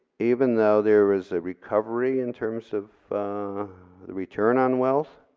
even though there is a recovery in terms of the return on wealth.